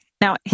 Now